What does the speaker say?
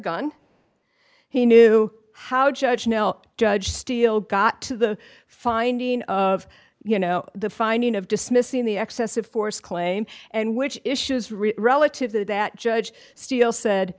gun he knew how judge nel judge steel got to the finding of you know the finding of dismissing the excess of force claim and which issues re relative that that judge steele said